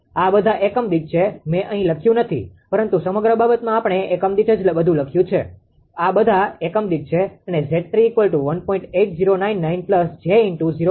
આ બધા એકમ દીઠ છે મેં અહી લખ્યું નથી પરંતુ સમગ્ર બાબતમાં આપણે એકમ દીઠ જ બધુ લખ્યું છે બધા એકમ દીઠ છે અને 𝑍3 1